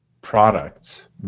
products